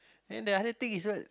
and the other thing is right